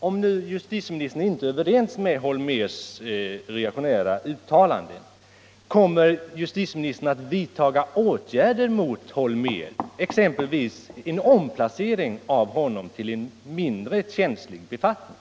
Om justitieministern inte instämmer i Holmérs reaktionära uttalande, kommer justitieministern att vidta åtgärder mot Holmér, exempelvis en ompfacering av honom till en mindre känslig befattning?